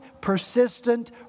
persistent